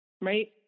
right